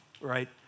right